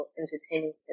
entertaining